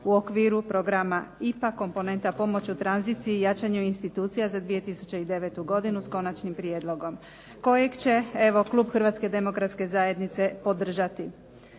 u okviru programa IPA komponenta pomoć u tranziciji i jačanju institucija za 2009. s Konačnim prijedlogom, kojeg će Klub Hrvatske demokratske zajednice podržati.